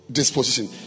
disposition